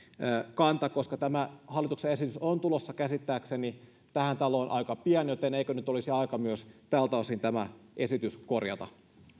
kanta tämä hallituksen esitys on tulossa käsittääkseni aika pian tähän taloon joten eikö nyt olisi aika myös tältä osin tämä esitys korjata